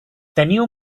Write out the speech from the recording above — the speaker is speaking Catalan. teniu